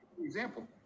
example